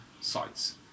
sites